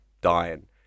dying